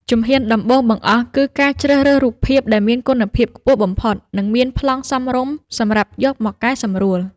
ជំហ៊ានដំបូងបង្អស់គឺការជ្រើសរើសរូបភាពដែលមានគុណភាពខ្ពស់បំផុត និងមានប្លង់សមរម្យសម្រាប់យកមកកែសម្រួល។